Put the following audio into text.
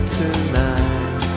tonight